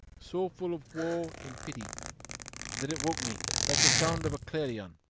so full of woe and pity that it woke me like the sound of a clarion.